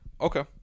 Okay